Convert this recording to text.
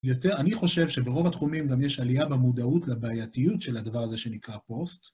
יותר, אני חושב שברוב התחומים גם יש עלייה במודעות לבעייתיות של הדבר הזה שנקרא פוסט.